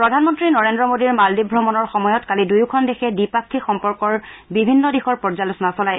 প্ৰধানমন্ত্ৰী নৰেন্দ্ৰ মোডীৰ মালদ্বীপ ভ্ৰমণৰ সময়ত কালি দুয়োখন দেশে দ্বিপাক্ষিক সম্পৰ্কৰ বিভিন্ন দিশৰ পৰ্যালোচনা চলায়